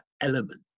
element